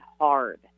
hard